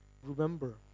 remember